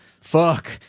fuck